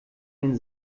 den